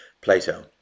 plato